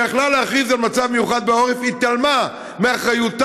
שיכלה להכריז על מצב מיוחד בעורף והתעלמה מאחריותה.